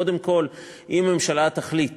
קודם כול, אם הממשלה תחליט